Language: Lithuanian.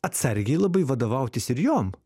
atsargiai labai vadovautis ir jom